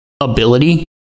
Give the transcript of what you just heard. ability